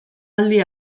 aldi